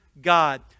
God